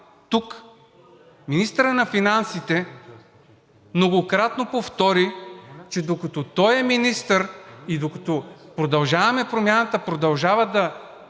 тук, министърът на финансите многократно повтори, че докато той е министър и докато „Продължаваме Промяната“ продължават да